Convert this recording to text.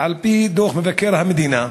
שעל-פי דוח מבקר המדינה,